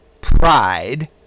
Pride